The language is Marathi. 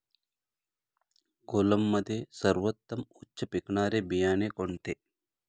कोलममध्ये सर्वोत्तम उच्च पिकणारे बियाणे कोणते?